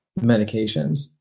medications